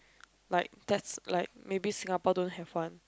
like that's like maybe Singapore don't have one